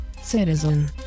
citizen